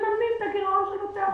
ומממנים את הגירעון של בתי החולים.